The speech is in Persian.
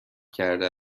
کرده